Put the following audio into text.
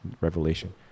revelation